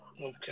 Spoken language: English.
Okay